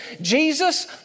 Jesus